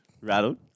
Rattled